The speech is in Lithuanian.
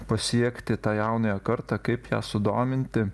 pasiekti tą jaunąją kartą kaip ją sudominti